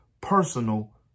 personal